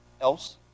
else